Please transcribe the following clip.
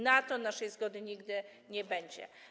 Na to naszej zgody nigdy nie będzie.